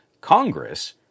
Congress